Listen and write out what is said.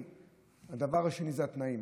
הדבר השני זה התנאים,